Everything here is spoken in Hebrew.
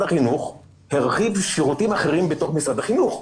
החינוך הרחיב שירותים אחרים בתוך משרד החינוך.